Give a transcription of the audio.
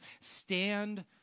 Stand